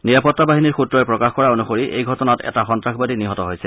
নিৰাপত্তা বাহিনীৰ সুত্ৰই প্ৰকাশ কৰা অনুসৰি এই ঘটনাত এটা সন্তাসবাদী নিহত হৈছে